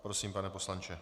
Prosím, pane poslanče.